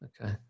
Okay